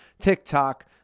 tiktok